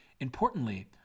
Importantly